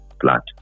plant